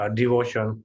devotion